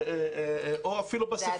או אפילו בספרות.